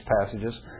passages